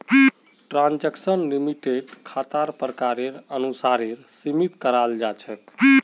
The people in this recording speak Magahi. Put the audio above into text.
ट्रांजेक्शन लिमिटक खातार प्रकारेर अनुसारेर सीमित कराल जा छेक